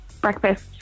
breakfast